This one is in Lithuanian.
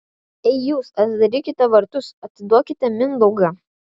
ei jūs atidarykite vartus atiduokite mindaugą